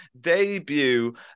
debut